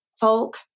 folk